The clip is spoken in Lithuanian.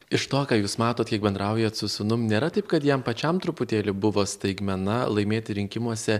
iš to ką jūs matot kiek bendraujat su sūnum nėra taip kad jam pačiam truputėlį buvo staigmena laimėti rinkimuose